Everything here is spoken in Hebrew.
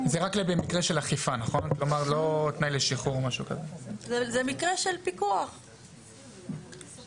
האמור לעניין אורך חיי המדף בחקיקת המזון,